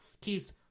keeps